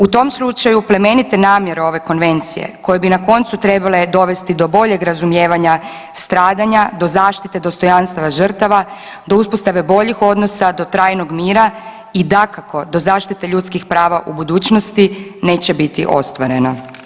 U tom slučaju plemenite namjere ove konvencije koje bi na koncu trebale dovesti do boljeg razumijevanja stradanja do zaštite dostojanstva žrtava do uspostave boljih odnosa do trajnog mira i dakako do zaštite ljudskih prava u budućnosti neće biti ostvarena.